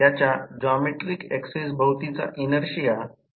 तर हे iron loss आहे आणि हे कॉपर लॉस आहे हे उत्तर आहे